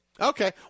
Okay